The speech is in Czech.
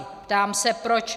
Ptám se proč.